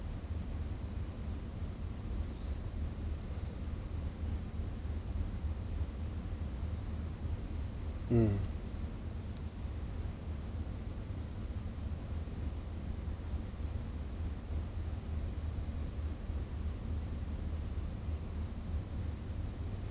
mm